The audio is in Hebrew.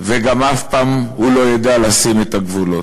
וגם אף פעם הוא לא ידע לשים את הגבולות.